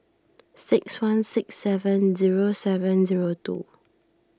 six one six seven zero seven zero two